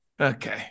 Okay